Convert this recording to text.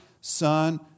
Son